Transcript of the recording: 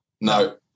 No